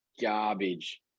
garbage